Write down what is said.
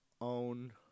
own